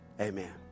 amen